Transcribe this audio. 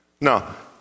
Now